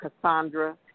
Cassandra